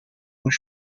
were